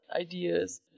ideas